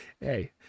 Hey